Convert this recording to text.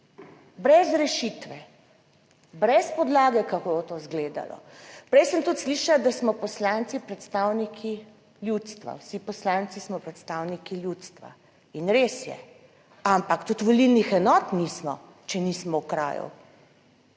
Brez rešitve, brez podlage kako bo to izgledalo. Prej sem tudi slišala, da smo poslanci predstavniki ljudstva, vsi poslanci smo predstavniki ljudstva. Res je, ampak tudi volilnih enot nismo, če nismo v kraju